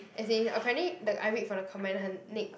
as in apparently the I read from the comment her next